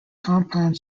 compound